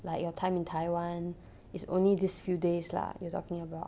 like your time in taiwan is only this few days lah you talking about